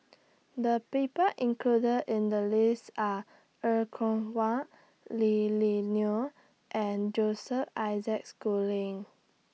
The People included in The list Are Er Kwong Wah Lily Neo and Joseph Isaac Schooling